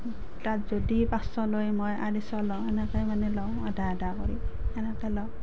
তাত যদি পাঁচশ লয় মই আঢ়ৈশ লওঁ এনেকৈয়ে মানে লওঁ আধা আধা কৰি সেনেকৈ লওঁ